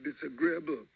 disagreeable